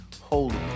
holy